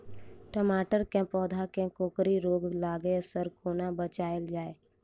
टमाटर केँ पौधा केँ कोकरी रोग लागै सऽ कोना बचाएल जाएँ?